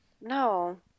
No